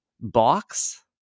box